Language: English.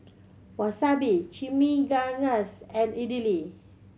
Wasabi Chimichangas and Idili